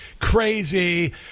crazy